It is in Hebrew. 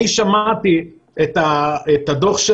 אני שמעתי את הדוח של